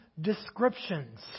descriptions